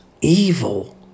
evil